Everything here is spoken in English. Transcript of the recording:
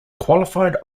qualified